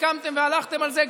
הסכמתם והלכתם על זה,